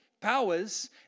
Powers